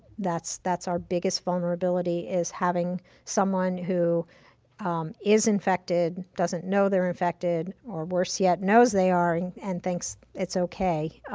that's that's our biggest vulnerability is having someone who is infected, doesn't know they're infected, or worse yet knows they are and thinks it's okay.